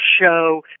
show